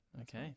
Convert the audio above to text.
Okay